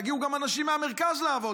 יגיעו גם אנשים מהמרכז לעבוד,